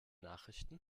nachrichten